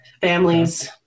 families